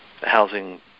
housing